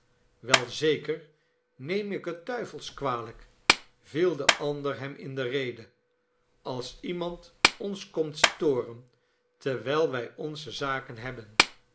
wel zeker neem ik het duivelsch kwalijk viel de ander hem in de rede als iemand ons komt storen terwijl wij onze zaken hebben